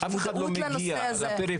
אף אחד לא מגיע לפריפריות.